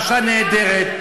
אישה נהדרת,